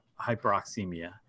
hyperoxemia